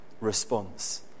response